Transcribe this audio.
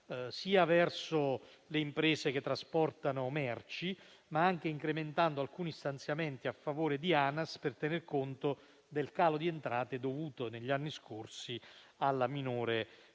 sia verso le imprese che trasportano merci, ma anche incrementando alcuni stanziamenti a favore di Anas per tener conto del calo di entrate dovuto negli anni scorsi alla minore circolazione.